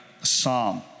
psalm